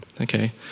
Okay